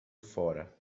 fora